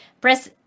press